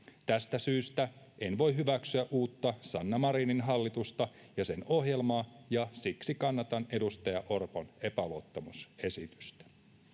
tästä syystä en voi hyväksyä uutta sanna marinin hallitusta ja sen ohjelmaa ja siksi kannatan edustaja orpon epäluottamusesitystä